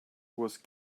was